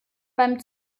beim